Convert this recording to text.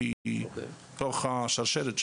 בשרשרת הדברים.